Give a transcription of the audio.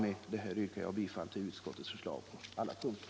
Med detta yrkar jag bifall till utskottets förslag på alla punkter.